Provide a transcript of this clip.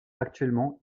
actuellement